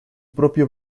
propio